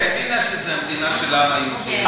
האמינה שזו המדינה של העם היהודי.